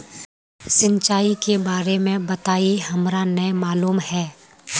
सिंचाई के बारे में बताई हमरा नय मालूम है?